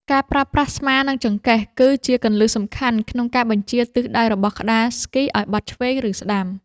ការប្រើប្រាស់ស្មានិងចង្កេះ គឺជាគន្លឹះសំខាន់ក្នុងការបញ្ជាទិសដៅរបស់ក្ដារស្គីឱ្យបត់ឆ្វេង ឬស្ដាំ។